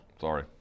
Sorry